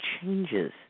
changes